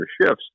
shifts